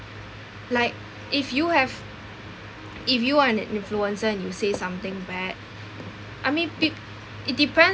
like if you have if you are an influencer and you say something bad I mean pe~ it depends